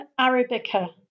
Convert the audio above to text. Arabica